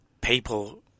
people